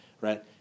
right